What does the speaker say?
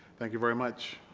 thank you very much